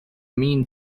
mean